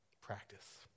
practice